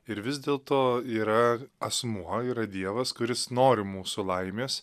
ir vis dėlto yra asmuo yra dievas kuris nori mūsų laimės